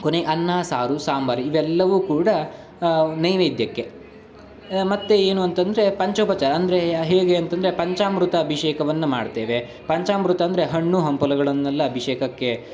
ಕೊನೆಗೆ ಅನ್ನ ಸಾರು ಸಾಂಬಾರು ಇವೆಲ್ಲವೂ ಕೂಡ ನೈವೇದ್ಯಕ್ಕೆ ಮತ್ತೆ ಏನು ಅಂತಂದರೆ ಪಂಚೋಪಚಾರ ಅಂದರೆ ಹೇಗೆ ಅಂತಂದರೆ ಪಂಚಾಮೃತ ಅಭಿಷೇಕವನ್ನು ಮಾಡ್ತೇವೆ ಪಂಚಾಮೃತ ಅಂದರೆ ಹಣ್ಣು ಹಂಪಲುಗಳನ್ನೆಲ್ಲ ಅಭಿಷೇಕಕ್ಕೆ